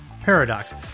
paradox